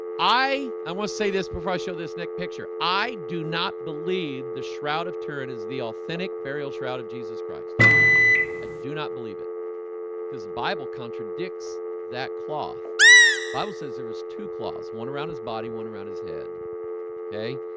i i must say this professional this nick picture. i do not believe the shroud of turin is the authentic burial shroud of jesus christ i do not believe it because the bible contradicts that cloth bible says there was two claws one around his body one around his head okay,